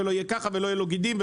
שלא יהיו לו גידים,